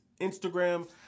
Instagram